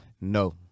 No